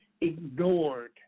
ignored